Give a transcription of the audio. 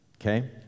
Okay